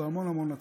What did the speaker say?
והמון המון הצלחה.